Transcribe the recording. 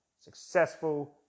successful